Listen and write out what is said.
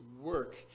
work